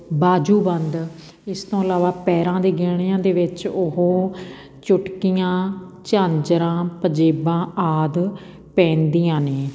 ਬਾਜ਼ੂ ਬੰਦ ਇਸ ਤੋਂ ਇਲਾਵਾ ਪੈਰਾਂ ਦੇ ਗਹਿਣਿਆਂ ਦੇ ਵਿੱਚ ਉਹ ਚੁਟਕੀਆਂ ਝਾਂਜਰਾਂ ਪੰਜੇਬਾਂ ਆਦਿ ਪਹਿਨਦੀਆਂ ਨੇ